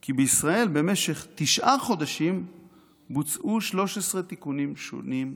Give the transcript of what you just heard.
כי בישראל במשך תשעה חודשים בוצעו 13 תיקונים שונים לחוקה.